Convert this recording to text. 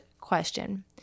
question